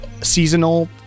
seasonal